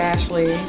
Ashley